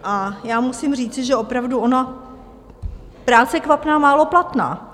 A já musím říci, že opravdu ona práce kvapná málo platná.